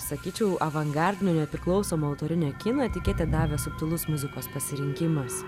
sakyčiau avangardinio nepriklausomo autorinio kino etiketė davė subtilus muzikos pasirinkimas